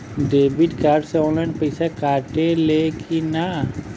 Debit card से online पैसा कटा ले कि ना?